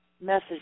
message